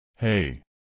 Hey